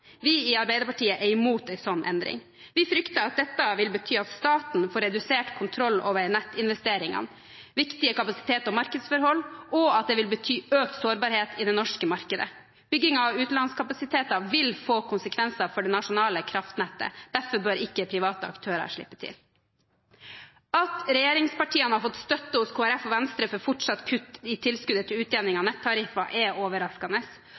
Vi i Arbeiderpartiet er imot en slik endring. Vi frykter at dette vil bety at staten får redusert kontroll over nettinvesteringene og viktige kapasitets- og markedsforhold, og at det vil bety økt sårbarhet i det norske markedet. Bygging av utenlandskapasiteter vil få konsekvenser for det nasjonale kraftnettet. Derfor bør ikke private aktører slippe til. At regjeringspartiene har fått støtte hos Kristelig Folkeparti og Venstre for fortsatt kutt i tilskuddet til utjevning av nettariffer, er overraskende,